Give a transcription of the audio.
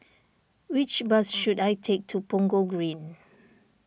which bus should I take to Punggol Green